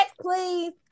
please